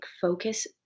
focus